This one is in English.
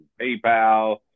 PayPal